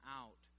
out